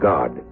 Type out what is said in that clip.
God